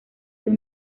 sus